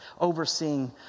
overseeing